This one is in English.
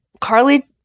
Carly